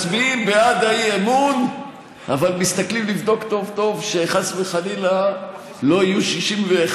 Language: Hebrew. מצביעים בעד האי-אמון אבל מסתכלים לבדוק טוב-טוב שחס וחלילה לא יהיו 61,